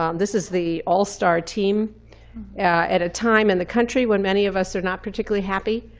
um this is the all-star team at a time in the country when many of us are not particularly happy.